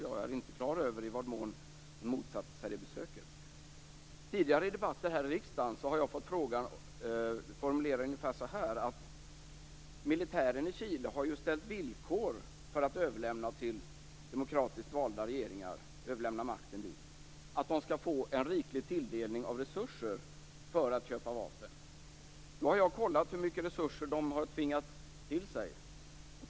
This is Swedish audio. Jag är inte klar över i vad mån hon motsatte sig det besöket. Tidigare i debatter här i riksdagen har jag fått frågan formulerad ungefär så här: Militären i Chile har ju ställt som villkor för att överlämna makten till demokratiskt valda regeringar att de skall få en riklig tilldelning av resurser för att köpa vapen. Jag har kollat hur mycket resurser de har tvingat till sig.